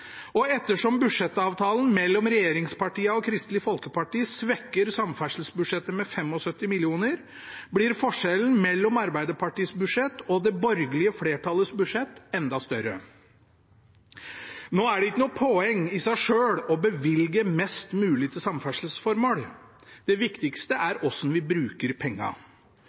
Og ettersom budsjettavtalen mellom regjeringspartiene og Kristelig Folkeparti svekker samferdselsbudsjettet med 75 mill. kr, blir forskjellen mellom Arbeiderpartiets budsjett og det borgerlige flertallets budsjett enda større. Nå er det ikke noe poeng i seg selv å bevilge mest mulig til samferdselsformål – det viktigste er hvordan vi bruker